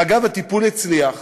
אגב, הטיפול הצליח,